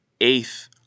eighth